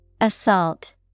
Assault